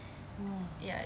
!wow!